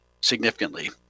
significantly